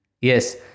yes